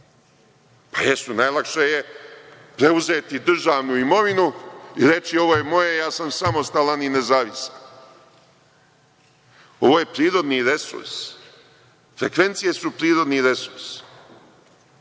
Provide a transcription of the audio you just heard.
Jeste, najlakše je preuzeti državnu imovinu i reći – ovo je moje, ja sam samostalan i nezavistan. Ovo je prirodni resurs, frekvencije su prirodni resurs.